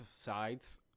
sides